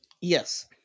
Yes